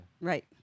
Right